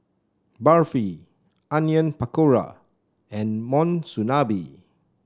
Barfi Onion Pakora and Monsunabe